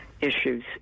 issues